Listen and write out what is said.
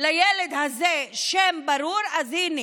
לילד הזה שם ברור, אז הינה: